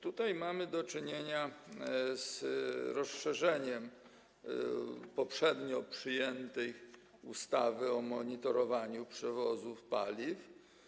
Tutaj mamy do czynienia z rozszerzeniem poprzednio przyjętej ustawy o monitorowaniu przewozu paliw.